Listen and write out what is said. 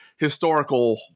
historical